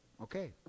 okay